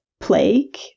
plague